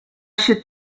should